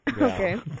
Okay